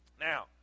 Now